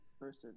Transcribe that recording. person